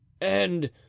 And